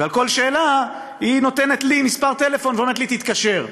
ועל כל שאלה היא נותנת לי מספר טלפון ואומרת לי "תתקשר".